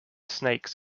snakes